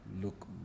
look